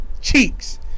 cheeks